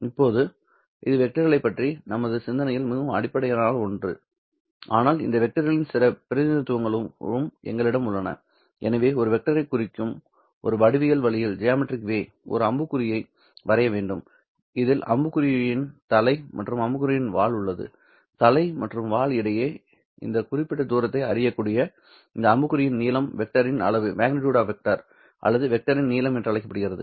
இப்போது இது வெக்டர்களைப் பற்றிய நமது சிந்தனையில் மிகவும் அடிப்படையான ஒன்று ஆனால் இந்த வெக்டரின் பிற பிரதிநிதித்துவங்களும் எங்களிடம் உள்ளன எனவே ஒரு வெக்டரை குறிக்கும் ஒரு வடிவியல் வழியில் ஒரு அம்புக்குறியை வரைய வேண்டும் இதில் அம்புக்குறியின் தலை மற்றும் அம்புக்குறியின் வால் உள்ளது தலை மற்றும் வால் இடையே இந்த குறிப்பிட்ட தூரத்தை அறியக்கூடிய இந்த அம்புக்குறியின் நீளம் வெக்டர் இன் அளவு அல்லது வெக்டரின் நீளம் என்று அழைக்கப்படுகிறது